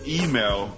email